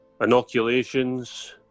inoculations